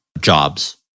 jobs